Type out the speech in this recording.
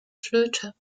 flöte